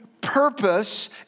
purpose